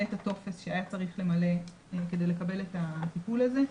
את הטופס שהיה צריך למלא כדי לקבל את הטיפול הזה.